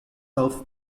off